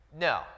No